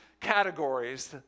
categories